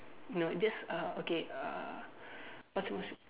no just uh okay uh what's your most